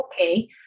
okay